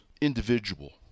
individual